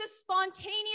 spontaneous